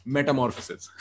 Metamorphosis